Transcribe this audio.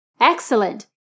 Excellent